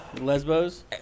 Lesbos